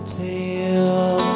tale